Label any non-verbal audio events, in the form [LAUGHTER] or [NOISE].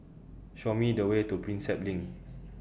Show Me The Way to Prinsep LINK [NOISE]